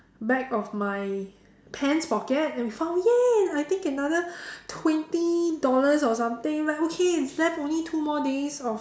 back of my pants pocket and we found !yay! I think another twenty dollars or something like okay it's left only two more days of